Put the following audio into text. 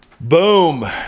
Boom